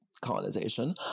colonization